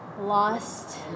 lost